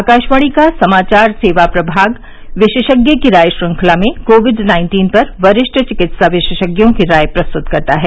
आकाशवाणी का समाचार सेवा प्रभाग विशेषज्ञ की राय श्रंखला में कोविड नाइन्टीन पर वरिष्ठ चिकित्सा विशेषज्ञों की राय प्रस्तुत करता है